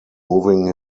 moving